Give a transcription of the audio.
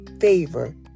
favor